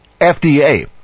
FDA